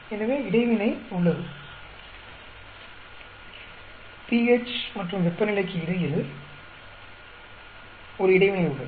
எனவே இடைவினை உள்ளது pH மற்றும் வெப்பநிலைக்கு இடையில் ஒரு இடைவினை உள்ளது